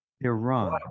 Iran